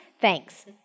Thanks